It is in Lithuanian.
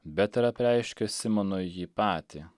bet ir apreiškė simonui jį patį